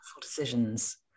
decisions